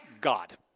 God